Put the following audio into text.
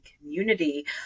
community